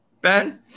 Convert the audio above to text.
Ben